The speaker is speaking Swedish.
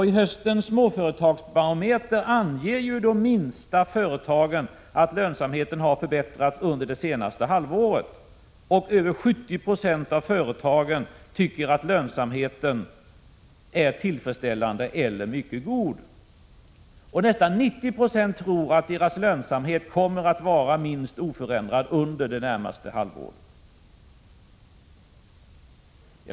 I höstens småföretagsbarometer anger de minsta företagen att lönsamheten har förbättrats under det senaste halvåret. Över 70 90 av företagen tycker att lönsamheten är tillfredsställande eller mycket god. Nästan 90 96 tror att deras lönsamhet kommer att vara minst oförändrad under det närmaste halvåret.